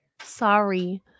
Sorry